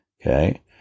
Okay